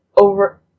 over